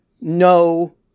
no